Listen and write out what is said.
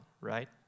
right